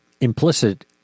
implicit –